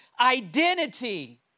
identity